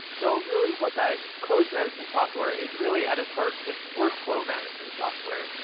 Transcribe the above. so really, what that close management software is really, at its heart, just workflow management software,